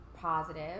positive